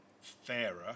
Fairer